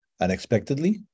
unexpectedly